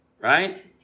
right